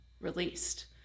released